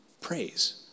praise